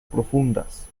profundas